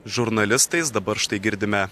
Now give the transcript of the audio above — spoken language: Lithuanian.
žurnalistais dabar štai girdime